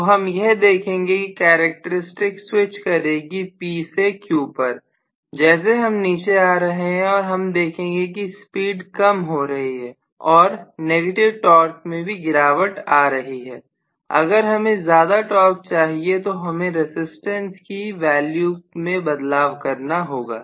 तो हम यह देखेंगे कि करैक्टर स्टिक स्विच करेगी P से Q पर जैसे हम नीचे आ रहे हैं हम देखेंगे की स्पीड कम हो रही है और नेगेटिव टॉर्क में भी गिरावट आ रही है अगर हमें ज्यादा टॉर्क चाहिए तो हमें रजिस्टेंस की वैल्यू में बदलाव करना होगा